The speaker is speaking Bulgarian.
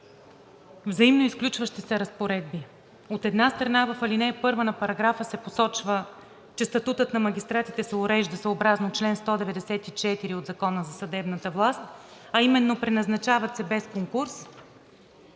взаимно изключващи се разпоредби. От една страна, в ал. 1 на параграфа се посочва, че статутът на магистратите се урежда съобразно чл. 174 от Закона за съдебната власт, а именно преназначават се без конкурс,